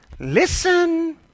Listen